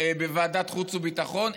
בוועדת החוץ והביטחון,